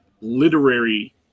literary